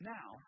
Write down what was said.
Now